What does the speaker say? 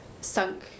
sunk